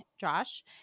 Josh